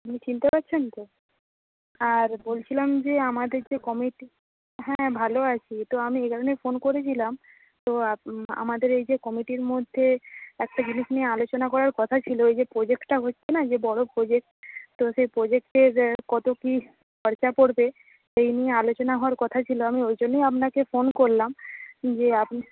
আপনি চিনতে পারছেন তো আর বলছিলাম যে আমাদের যে কমিটি হ্যাঁ ভালো আছি তো আমি এই কারণেই ফোন করেছিলাম তো আমাদের এই যে কমিটির মধ্যে একটা জিনিস নিয়ে আলোচনা করার কথা ছিল ওই যে প্রজেক্টটা হচ্ছে না যে বড় প্রজেক্ট তো সেই প্রজেক্টে যে কত কী খরচা পড়বে এই নিয়ে আলোচনা হওয়ার কথা ছিল আমি ওই জন্যেই আপনাকে ফোন করলাম যে আপনি